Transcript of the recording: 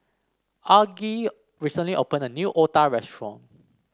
Argie recently opened a new otah restaurant